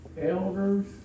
Elders